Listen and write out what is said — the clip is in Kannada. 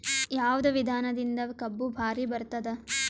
ಯಾವದ ವಿಧಾನದಿಂದ ಕಬ್ಬು ಭಾರಿ ಬರತ್ತಾದ?